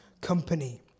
company